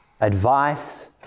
advice